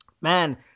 Man